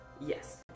Yes